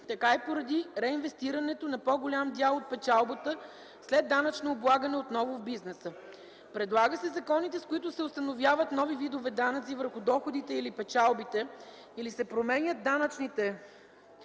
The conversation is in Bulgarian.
така и поради реинвестирането на по-голям дял от печалбата след данъчно облагане отново в бизнеса. Предлага се законите, с които се установяват нови видове данъци върху доходите или печалбите, или се променят данъчните